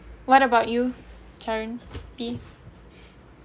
what about you karenthy